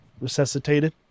Resuscitated